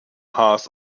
haas